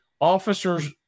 officers